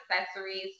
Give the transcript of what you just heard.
accessories